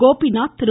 Gopinath Thiru